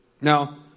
Now